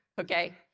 Okay